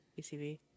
ACV